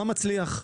מה מצליח.